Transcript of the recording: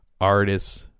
artists